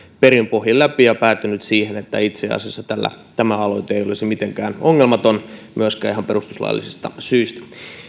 perin pohjin läpi ja päätynyt siihen että itse asiassa tämä aloite ei olisi mitenkään ongelmaton myöskään ihan perustuslaillisista syistä